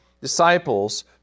disciples